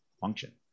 function